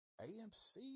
AMC